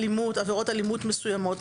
עבירות אלימות מסוימות.